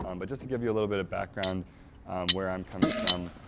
um but, just to give you a little bit of background where i'm coming from,